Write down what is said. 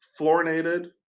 fluorinated